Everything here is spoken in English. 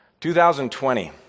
2020